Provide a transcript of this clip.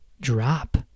drop